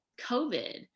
COVID